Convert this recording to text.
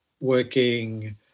working